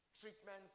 treatment